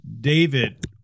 David